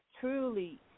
truly